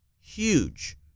huge